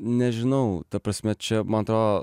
nežinau ta prasme čia man atrodo